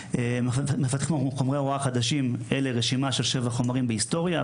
אותו; מפתחים חומרי הוראה חדשים זוהי רשימה של שבעה חומרים בהיסטוריה,